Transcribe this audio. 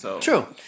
True